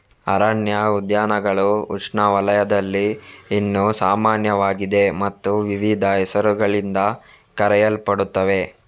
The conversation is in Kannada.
ಅರಣ್ಯ ಉದ್ಯಾನಗಳು ಉಷ್ಣವಲಯದಲ್ಲಿ ಇನ್ನೂ ಸಾಮಾನ್ಯವಾಗಿದೆ ಮತ್ತು ವಿವಿಧ ಹೆಸರುಗಳಿಂದ ಕರೆಯಲ್ಪಡುತ್ತವೆ